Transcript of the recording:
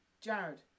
Jared